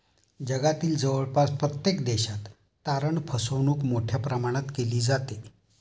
जगातील जवळपास प्रत्येक देशात तारण फसवणूक मोठ्या प्रमाणात केली जाते